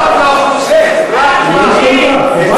איך?